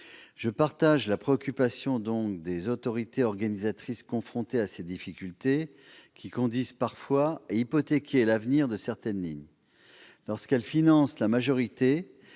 Je partage la préoccupation des autorités organisatrices confrontées à ces difficultés qui conduisent parfois à hypothéquer l'avenir de certaines lignes. Lorsqu'elles financent la majorité,